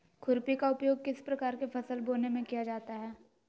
खुरपी का उपयोग किस प्रकार के फसल बोने में किया जाता है?